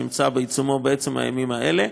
שנמצא בעיצומו בעצם הימים האלה.